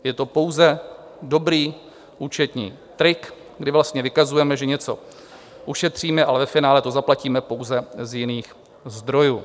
Je to pouze dobrý účetní trik, kdy vlastně vykazujeme, že něco ušetříme, ale ve finále to zaplatíme pouze z jiných zdrojů.